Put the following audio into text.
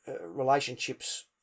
relationships